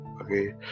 okay